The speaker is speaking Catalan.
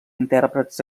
intèrprets